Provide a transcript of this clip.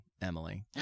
Emily